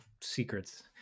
secrets